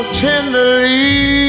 tenderly